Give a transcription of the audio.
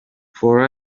for